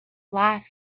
life